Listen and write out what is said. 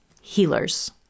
healers